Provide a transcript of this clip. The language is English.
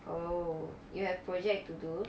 oh you have project to do